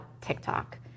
TikTok